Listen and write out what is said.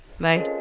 Bye